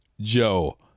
Joe